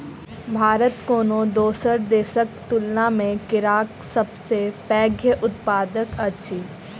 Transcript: भारत कोनो दोसर देसक तुलना मे केराक सबसे पैघ उत्पादक अछि